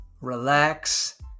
relax